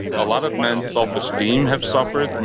a lot of men's self-esteem have suffered.